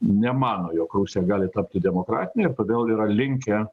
nemano jog rusija gali tapti demokratinė ir todėl yra linkę